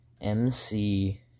MC